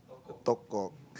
talk cock